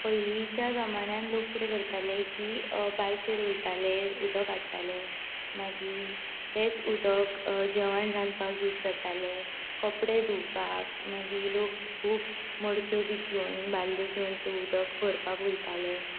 पयलींच्या जमान्यांत लोक कितें करताले बांयचेर वताले उदक हाडटाले मागीर तेंच उदक जेवण रांदपाक यूज जातालें कपडे धुवपाक मागीर लोक खूब मडक्यो बी घेवून बालद्यो घेवून उदक भरपाक वताले